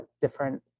different